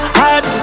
hot